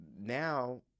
now